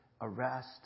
arrest